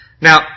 Now